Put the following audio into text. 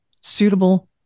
suitable